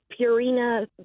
Purina